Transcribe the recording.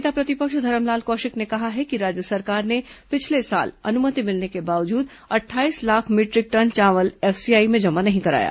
वहीं नेता प्रतिपक्ष धरमलाल कौशिक ने कहा है कि राज्य सरकार ने पिछले साल अनुमति मिलने के बावजूद अट्ठाईस लाख मीटरिक टन चावल एफसीआई में जमा नहीं कराया